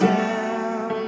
down